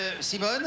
Simone